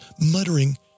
muttering